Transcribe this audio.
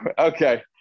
okay